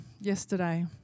yesterday